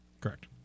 Correct